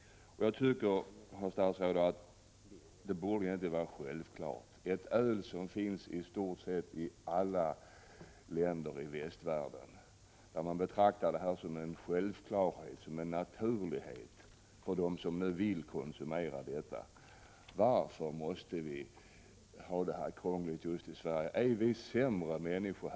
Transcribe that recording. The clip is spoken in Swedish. Jag tycker, herr statsråd, att detta egentligen borde vara en självklarhet. Det gäller ett öl som finns i stort sett i alla länder i västvärlden. Man betraktar det som självklart att de som vill konsumera detta öl skall kunna köpa det. Varför måste vi ha detta krångel just i Sverige? Är vi här i Sverige sämre människor?